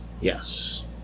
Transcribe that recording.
yes